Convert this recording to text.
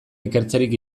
ikertzerik